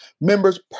member's